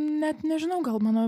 net nežinau gal mano